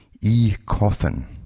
E-Coffin